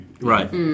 Right